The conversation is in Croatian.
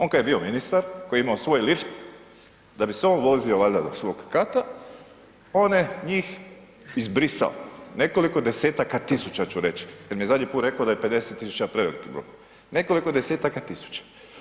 On kada je bio ministar koji je imao svoj lift da bi se on vozio valjda do svog kata on je njih izbrisao, nekoliko desetaka tisuća ću reći jer mi je zadnji put rekao da je 50 tisuća preveliki broj, nekoliko desetaka tisuća.